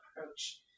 approach